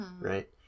right